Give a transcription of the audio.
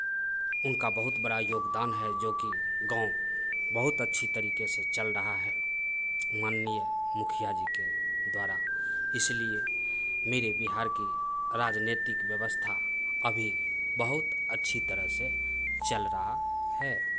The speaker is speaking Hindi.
उनका बहुत बड़ा योगदान है जो कि गाँव बहुत अच्छी तरीके से चल रहा है माननीय मुखिया जी के द्वारा इसलिए मेरे बिहार की राजनैतिक व्यवस्था अभी बहुत अच्छी तरह से चल रहा है